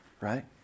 right